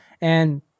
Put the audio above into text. and-